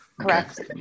Correct